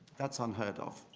that sun heard of.